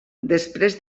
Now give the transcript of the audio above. després